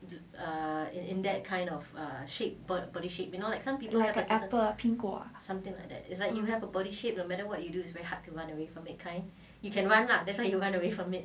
like apple 苹果